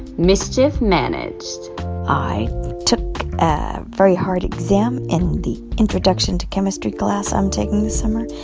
mischief managed i took a very hard exam in the introduction to chemistry class i'm taking this summer,